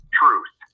truth